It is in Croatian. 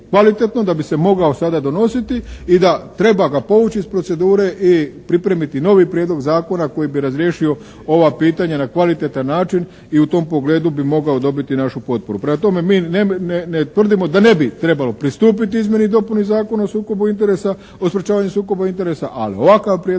da bi se mogao sada donositi i da treba ga povući iz procedure i pripremiti novi prijedlog zakona koji bi razriješio ova pitanja na kvalitetan način i u tom pogledu bi mogao dobiti našu potporu. Prema tome, mi ne tvrdimo da ne bi trebalo pristupiti izmjeni i dopuni Zakona o sukobu interesa, o sprečavanju sukoba interesa ali ovakav prijedlog